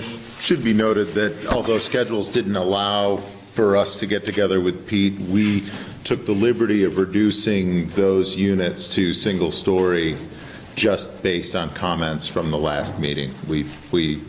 it should be noted that although schedules did not allow for us to get together with p d we took the liberty of reducing those units to single story just based on comments from the last meeting we